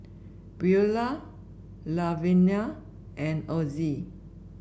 Beula Lavenia and Ozie